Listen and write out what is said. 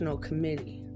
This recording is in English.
Committee